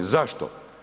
Zašto?